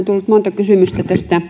tullut monta kysymystä